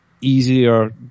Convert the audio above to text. easier